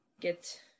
get